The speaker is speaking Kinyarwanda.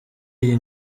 iyi